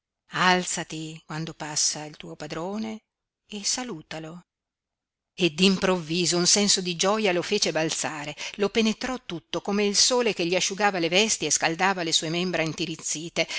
alzati quando passa il tuo padrone e salutalo e d'improvviso un senso di gioia lo fece balzare lo penetrò tutto come il sole che gli asciugava le vesti e scaldava le sue membra intirizzite